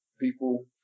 People